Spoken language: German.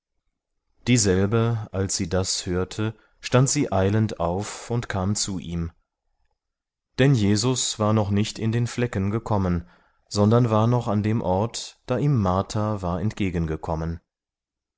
dieselbe als sie das hörte stand sie eilend auf und kam zu ihm denn jesus war noch nicht in den flecken gekommen sondern war noch an dem ort da ihm martha war